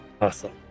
awesome